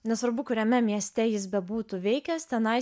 nesvarbu kuriame mieste jis bebūtų veikęs tenai